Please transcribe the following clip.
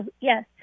yes